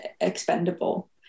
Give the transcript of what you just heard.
expendable